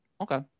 okay